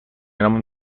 نام